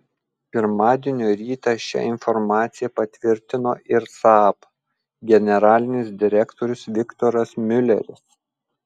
pirmadienio rytą šią informaciją patvirtino ir saab generalinis direktorius viktoras miuleris